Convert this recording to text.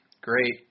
great